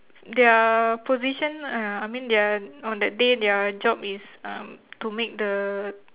their position uh I mean their on that day their job is um to make the